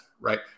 right